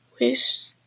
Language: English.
wish